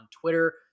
Twitter